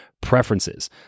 preferences